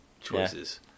choices